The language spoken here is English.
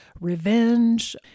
revenge